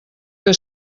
que